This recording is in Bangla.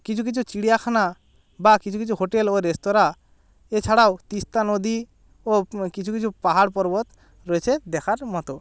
কিছু কিছু চিড়িয়াখানা বা কিছু কিছু হোটেল ও রেস্তোরাঁ এছাড়াও তিস্তা নদী ও কিছু কিছু পাহাড় পর্বত রয়েছে দেখার মতো